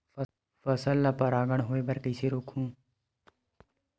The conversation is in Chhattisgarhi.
फसल ल परागण होय बर कइसे रोकहु?